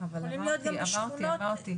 יכולים להיות גם בשכונות שונות.